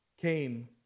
came